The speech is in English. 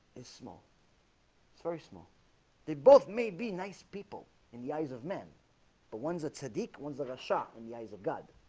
is small it's very small they both may be nice people in the eyes of men the but ones that sadiq was that a shot in the eyes of god